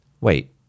Wait